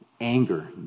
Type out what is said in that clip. Anger